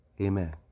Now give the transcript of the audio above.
amen